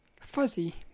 fuzzy